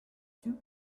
two